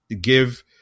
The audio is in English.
give